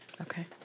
Okay